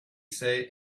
say